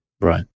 Right